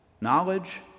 Knowledge